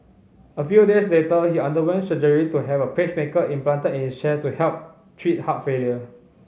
a few days later he underwent surgery to have a pacemaker implanted in his chest to help treat heart failure